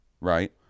Right